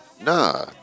Nah